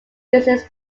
business